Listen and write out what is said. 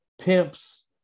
pimps